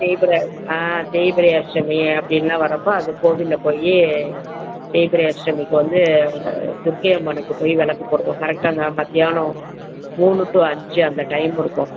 தேய்பிறை ஆ தேய்பிறை அஷ்டமி அப்படின்லாம் வரப்ப அது கோவிலில் போய் தேய்பிறை அஷ்டமிக்கு வந்து துர்க்கையம்மனுக்கு போய் விளக்கு போடுவோம் கரெக்டா மத்தியானம் மூணு டு அஞ்சு அந்த டைம் இருக்கும்